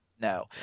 no